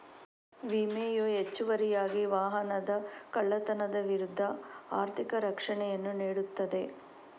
ವಿಮೆಯು ಹೆಚ್ಚುವರಿಯಾಗಿ ವಾಹನದ ಕಳ್ಳತನದ ವಿರುದ್ಧ ಆರ್ಥಿಕ ರಕ್ಷಣೆಯನ್ನು ನೀಡುತ್ತದೆ